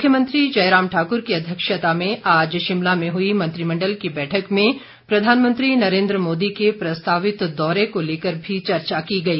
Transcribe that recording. मुख्यमंत्री जयराम ठाकुर की अध्यक्षता में आज शिमला में हुई मंत्रिमंडल की बैठक में प्रधानमंत्री नरेन्द्र मोदी के प्रस्तावित दौरे को लेकर भी चर्चा की गई